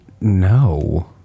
no